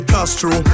Castro